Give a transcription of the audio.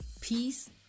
peace